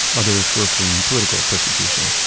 others were fleeing political persecution,